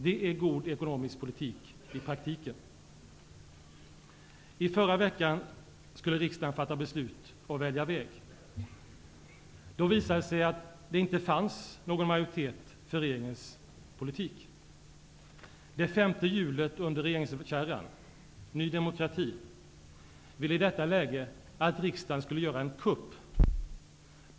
Det är god ekonomisk politik i praktiken. I förra veckan skulle riksdagen fatta beslut och välja väg. Då visade det sig att det inte fanns någon majoritet för regeringens politik. Det femte hjulet under regeringskärran, Ny demokrati, ville i detta läge att riksdagen skulle göra en kupp.